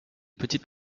petite